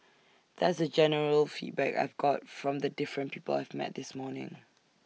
that's the general feedback I've got from the different people I've met this morning